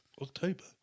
October